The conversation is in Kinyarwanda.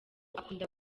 akunda